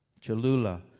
Cholula